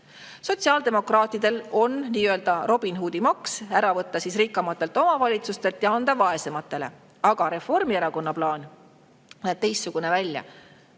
Sotsiaaldemokraatidel on nii-öelda Robin Hoodi maks, et võtta [raha] ära rikkamatelt omavalitsustelt ja anda vaesematele. Aga Reformierakonna plaan näeb teistsugune välja